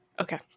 Okay